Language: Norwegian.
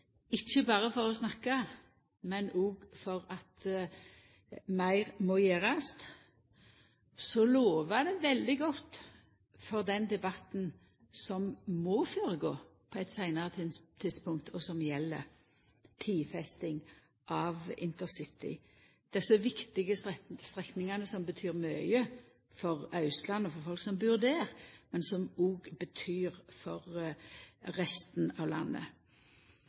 ikkje berre for å snakka, men òg for at meir må gjerast – lover det veldig godt for den debatten som må koma på eit seinare tidspunkt, og som gjeld tidfesting av desse viktige intercitystrekningane, som betyr mykje for Austlandet og for folk som bur der, men som òg betyr mykje for resten av landet.